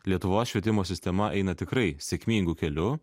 lietuvos švietimo sistema eina tikrai sėkmingu keliu